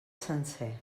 sencer